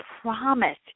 promise